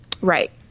Right